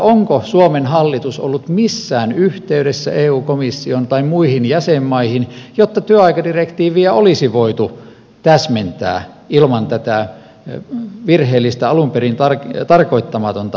onko suomen hallitus ollut missään yhteydessä eu komissioon tai muihin jäsenmaihin jotta työaikadirektiiviä olisi voitu täsmentää ilman tätä virheellistä alun perin tarkoittamatonta tulkintaa